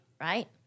right